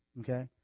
Okay